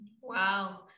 Wow